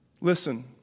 Listen